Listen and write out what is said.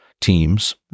teams